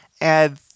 Add